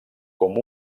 com